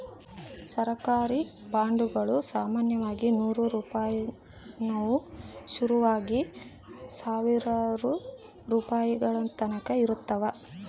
ಸರ್ಕಾರಿ ಬಾಂಡುಗುಳು ಸಾಮಾನ್ಯವಾಗಿ ನೂರು ರೂಪಾಯಿನುವು ಶುರುವಾಗಿ ಸಾವಿರಾರು ರೂಪಾಯಿಗಳತಕನ ಇರುತ್ತವ